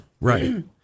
Right